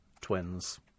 twins